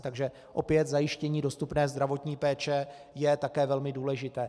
Takže opět zajištění dostupné zdravotní péče je také velmi důležité.